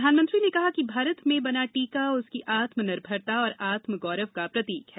प्रधानमंत्री ने कहा कि भारत में बना टीका उसकी आत्म निर्भरता और आत्मा गौरव का प्रतीक है